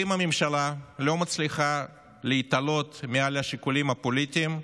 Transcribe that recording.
אם הממשלה לא מצליחה להתעלות מעל השיקולים הפוליטיים,